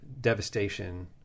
devastation